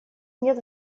нет